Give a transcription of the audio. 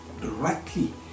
directly